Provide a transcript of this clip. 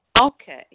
Okay